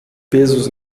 pesos